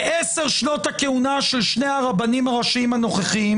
בעשר שנות הכהונה של הרבנים הראשיים הנוכחיים